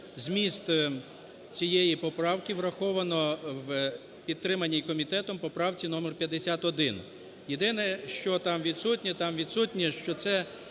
зміст цієї поправки враховано в підтриманій комітетом поправці номер 51. Єдине що там відсутнє, там відсутнє, що це